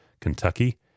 Kentucky